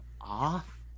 off